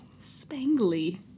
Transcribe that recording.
Spangly